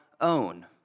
own